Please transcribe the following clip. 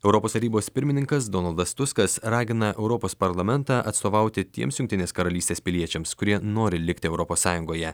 europos tarybos pirmininkas donaldas tuskas ragina europos parlamentą atstovauti tiems jungtinės karalystės piliečiams kurie nori likti europos sąjungoje